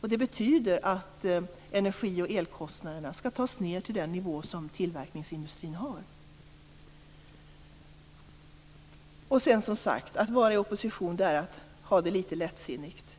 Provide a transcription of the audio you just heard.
Det betyder att energioch elkostnaderna skall tas ned till den nivå som tillverkningsindustrin har. Att vara i opposition är att ha det lite lättsinnigt.